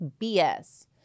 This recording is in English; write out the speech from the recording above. BS